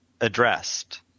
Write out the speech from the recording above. addressed